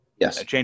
Yes